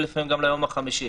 ולפעמים גם ליום החמישי,